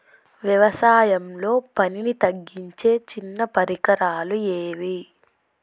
వ్యవసాయంలో పనిని తగ్గించే చిన్న పరికరాలు ఏవి?